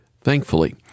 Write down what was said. Thankfully